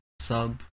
sub